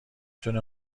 تونه